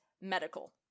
medical